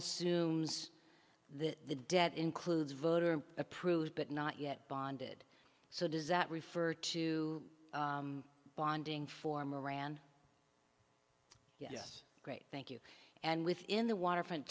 assumes that the debt includes voter approved but not yet bonded so does that refer to bonding for moran yes great thank you and within the waterfront